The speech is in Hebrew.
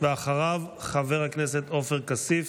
אחריו, חבר הכנסת עופר כסיף.